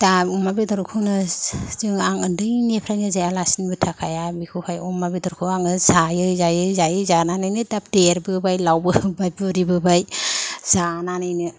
दा अमा बेदरखौनो जोङो आं उन्दैनिफ्रायनो जायालासिनोबो थाखाया बेखौहाय अमा बेदरखौ आङो जायै जायै जायै जानानैनो दा देरबोबाय लावबोबाय बुरिबोबाय जानानैनो